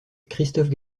christophe